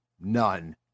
none